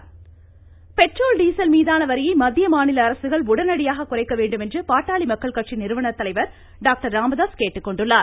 Ramadoss petrol diesel மீதான வரியை மத்திய மாநில அரசுகள் உடனடியாக குறைக்க வேண்டும் என்று பாட்டாளி மக்கள் கட்சி நிறுவனர் தலைவர் டாக்டர் ராமதாஸ் கேட்டுக்கொண்டுள்ளார்